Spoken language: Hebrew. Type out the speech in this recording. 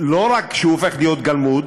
לא רק שהוא הופך להיות גלמוד,